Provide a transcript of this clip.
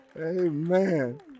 Amen